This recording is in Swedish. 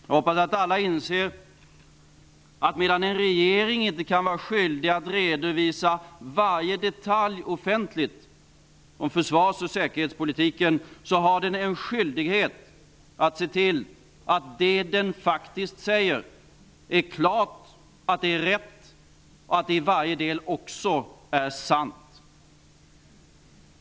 Jag hoppas att alla inser att medan en regering inte kan vara skyldig att redovisa varje detalj om försvars och säkerhetspolitiken offentligt har den en skyldighet att se till att det den faktiskt säger är klart, rätt och i varje del sant.